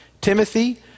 Timothy